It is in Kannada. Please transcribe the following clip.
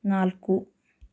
ನಾಲ್ಕು